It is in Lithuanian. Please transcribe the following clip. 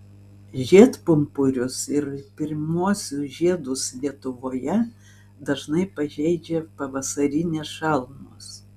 žiedpumpurius ir pirmuosius žiedus lietuvoje dažnai pažeidžia pavasarinės šalnos